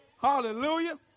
Hallelujah